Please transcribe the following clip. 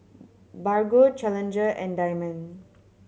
Bargo Challenger and Diamond